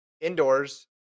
Indoors